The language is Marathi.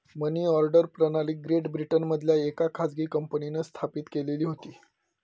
मनी ऑर्डर प्रणाली ग्रेट ब्रिटनमधल्या येका खाजगी कंपनींन स्थापित केलेली होती